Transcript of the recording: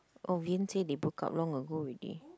oh Vin say they broke up long ago already